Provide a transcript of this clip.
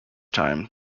time